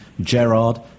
Gerard